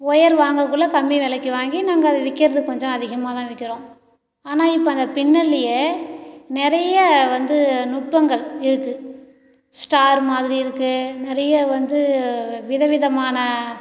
wire வாங்கக்குள்ளே கம்மி விலைக்கு வாங்கி நாங்கள் அதை விற்கிறது கொஞ்சம் அதிகமாகதான் விற்கிறோம் ஆனால் இப்போ அந்த பின்னல்லயே நிறைய வந்து நுட்பங்கள் இருக்கு ஸ்டார் மாதிரி இருக்கு நிறைய வந்து வித விதமான